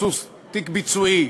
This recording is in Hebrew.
רצו תיק ביצועי.